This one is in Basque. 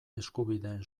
eskubideen